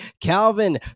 Calvin